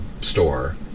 store